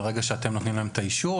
ברגע שאתם נותנים להם את האישור,